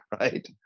right